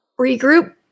regroup